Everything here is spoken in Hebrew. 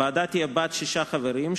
הוועדה תהיה בת שישה חברים,